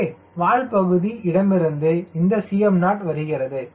எனவே வால்பகுதி இடமிருந்து இந்த Cm0 வருகிறது